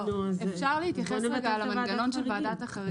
אז בוא נבטל את ועדת חריגים.